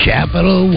Capital